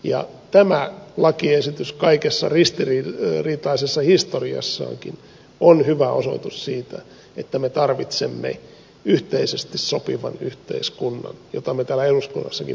ja tämä lakiesitys kaikessa ristiriitaisessa historiassaankin on hyvä osoitus siitä että me tarvitsemme yhteisesti sopivan yhteiskunnan jota me täällä eduskunnassakin